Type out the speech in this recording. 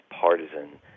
partisan